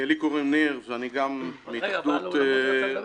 אני מהתאחדות האולמות.